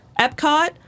Epcot